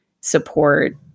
support